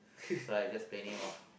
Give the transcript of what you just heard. so I just planning !wah!